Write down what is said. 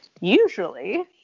usually